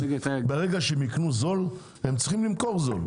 ברגע שהם יקנו בזול, הם צריכים למכור בזול.